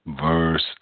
verse